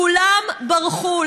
כולם ברחו,